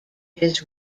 his